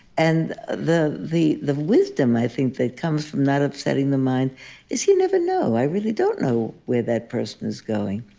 and the the wisdom, i think, that comes from not upsetting the mind is you never know. i really don't know where that person is going,